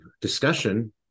discussion